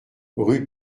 rue